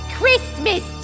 Christmas